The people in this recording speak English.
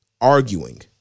arguing